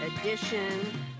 edition